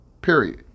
Period